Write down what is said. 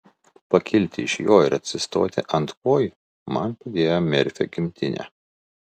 pakilti iš jo ir atsistoti ant kojų man padėjo merfio gimtinė